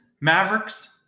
Mavericks